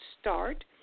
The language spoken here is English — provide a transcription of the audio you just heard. start